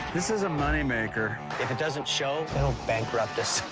this is a moneymaker. if it doesn't show, it'll bankrupt us.